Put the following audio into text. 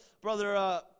brother